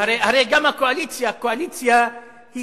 הרי גם הקואליציה היא